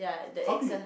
how do you